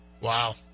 Wow